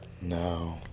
No